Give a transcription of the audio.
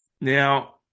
Now